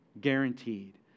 Guaranteed